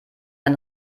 ein